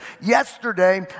Yesterday